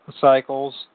cycles